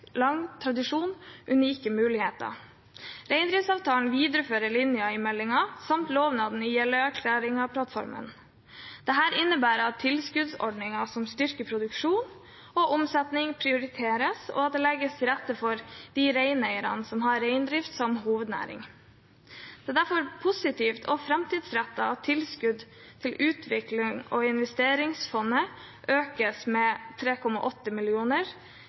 lang tradisjon – unike muligheter. Reindriftsavtalen viderefører linjene i meldingen samt lovnadene i Jeløya-plattformen. Dette innebærer at tilskuddsordninger som styrker produksjon og omsetning, prioriteres, og at det legges til rette for de reineierne som har reindrift som hovednæring. Det er derfor positivt og framtidsrettet at tilskudd til Utviklings- og investeringsfondet i statsbudsjettet økes med 3,8